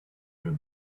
you